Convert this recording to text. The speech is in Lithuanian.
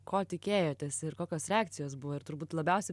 ko tikėjotės ir kokios reakcijos buvo ir turbūt labiausia